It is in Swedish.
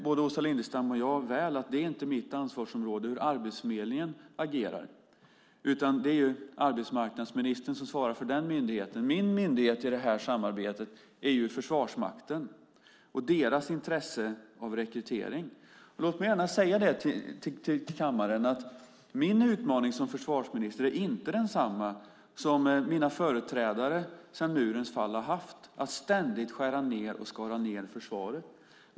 Både Åsa Lindestam och jag vet väl att det inte är mitt ansvarsområde hur Arbetsförmedlingen agerar. Det är arbetsmarknadsministern som svarar för den myndigheten, min myndighet i det här samarbetet är Försvarsmakten och deras intresse av rekrytering. Låt mig gärna säga det till kammaren att min utmaning som försvarsminister inte är densamma som mina företrädare sedan murens fall har haft, att ständigt skära ned och skala ned försvaret.